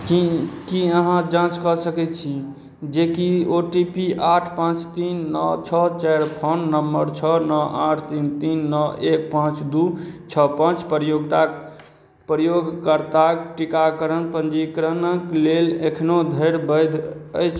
की की अहाँ जाँच कऽ सकैत छी जे की ओ टी पी आठ पाँच तीन नओ छओ चारि फोन नंबर छओ नओ आठ तीन तीन नओ एक पाँच दू छओ पाँच प्रयोगकर्ताक टीकाकरण पंजीकरणक लेल एखनो धरि बैध अछि